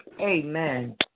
Amen